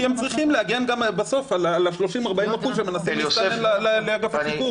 כי הם צריכים להגן גם בסוף מה-40%-30% שמנסים להסתנן לאגף השיקום.